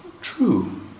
true